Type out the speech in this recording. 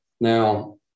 Now